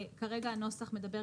כרגע הנוסח מדבר,